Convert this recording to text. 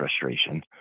frustration